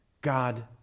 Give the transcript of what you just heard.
god